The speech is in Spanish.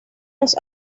los